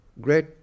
great